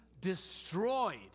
destroyed